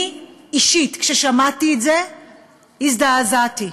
אני אישית, כששמעתי את זה, הזדעזעתי.